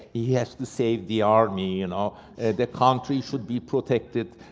he has to save the army. and ah the country should be protected,